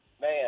man